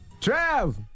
Trav